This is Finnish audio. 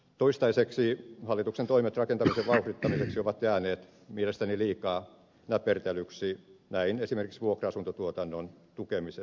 toistaiseksi hallituksen toimet rakentamisen vauhdittamiseksi ovat jääneet mielestäni liikaa näpertelyksi näin esimerkiksi vuokra asuntotuotannon tukemisessa